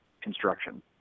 construction